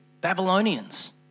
Babylonians